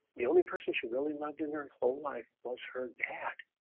the only person she really loved in her and whole life was her dad